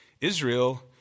Israel